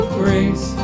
grace